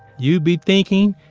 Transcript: you be thinking,